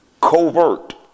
Covert